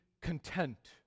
content